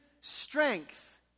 strength